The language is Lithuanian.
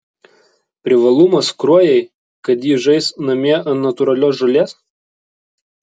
privalumas kruojai kad ji žais namie ant natūralios žolės